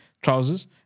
trousers